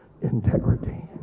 integrity